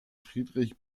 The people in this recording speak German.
friedrich